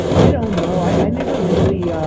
i don't know. i never really yeah